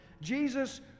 Jesus